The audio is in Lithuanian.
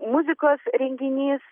muzikos renginys